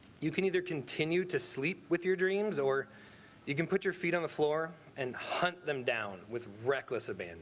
you can either continue to sleep with your dreams or you can put your feet on the floor and hunt them down with reckless and